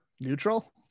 neutral